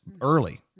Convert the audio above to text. early